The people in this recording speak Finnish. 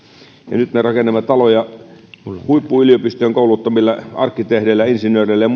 ja nyt me rakennamme taloja huippuyliopistojen kouluttamilla arkkitehdeillä insinööreillä ja